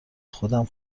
خودم